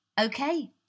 Okay